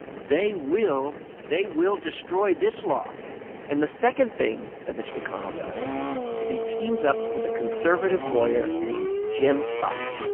they will they will destroy this law and the second thing that mitch mcconnell does is he teams up with a conservative lawyer named jim bopp,